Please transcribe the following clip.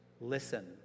listen